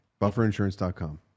bufferinsurance.com